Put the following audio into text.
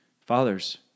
fathers